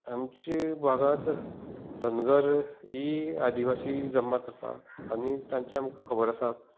आमच्या भागांत धनगर ही आदिवासी जमात आसा आनी तांचे आमकां खबर आसा